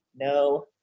No